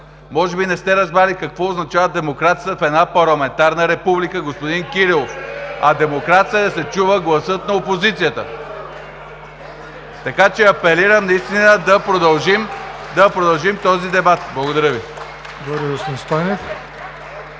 може би не сте разбрали какво означава демокрацията в една парламентарна република, господин Кирилов. А демокрация е: да се чува гласът на опозицията. Така че апелирам наистина да продължим този дебат. Благодаря Ви.